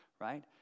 right